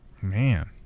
man